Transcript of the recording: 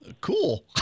Cool